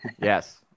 Yes